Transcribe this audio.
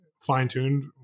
fine-tuned